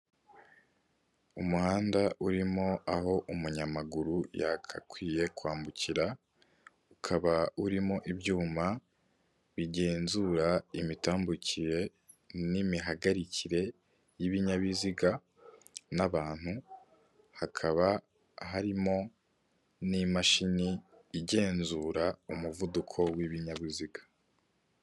Umuhanda urimo aho umunyamaguru yagakwiye kwambukira, ukaba urimo ibyuma bigenzura imitambukire n'imihagarikire y'ibinyabiziga n'abantu, hakaba harimo n'imashini igenzura umuvuduko w'ibinyabiziga.